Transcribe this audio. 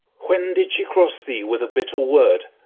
when did she cross thee with a bitter word?